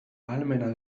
ahalmena